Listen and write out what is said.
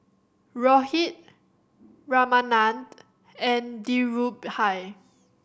Rohit Ramanand and Dhirubhai